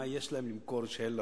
מה יש להם למכור שאין לנו?